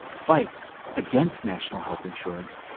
fights, against national health insurance,